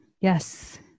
Yes